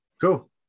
Cool